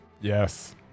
yes